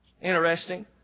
Interesting